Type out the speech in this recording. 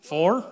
Four